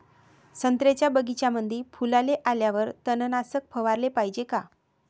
संत्र्याच्या बगीच्यामंदी फुलाले आल्यावर तननाशक फवाराले पायजे का?